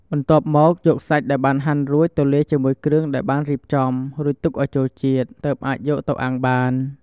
បន្ទាប់មកយកសាច់ដែលបានហាន់រួចទៅលាយជាមួយគ្រឿងដែលបានរៀបចំ រួចទុកឱ្យចូលជាតិ ទើបអាចយកទៅអាំងបាន។